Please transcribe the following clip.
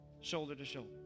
shoulder-to-shoulder